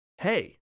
hey